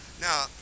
Now